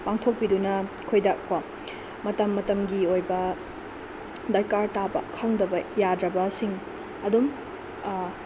ꯄꯥꯡꯊꯣꯛꯄꯤꯗꯨꯅ ꯑꯩꯈꯣꯏꯗ ꯀꯣ ꯃꯇꯝ ꯃꯇꯝꯒꯤ ꯑꯣꯏꯕ ꯗꯔꯀꯥꯔ ꯇꯥꯕ ꯈꯪꯗꯕ ꯌꯥꯗ꯭ꯔꯥꯕꯁꯤꯡ ꯑꯗꯨꯝ